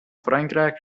frankrijk